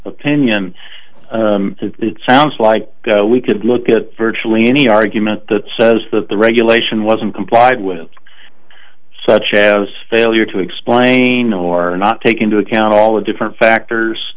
opinion it sounds like we could look at virtually any argument that says that the regulation wasn't complied with such as failure to explain or not take into account all the different factors